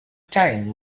time